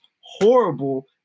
horrible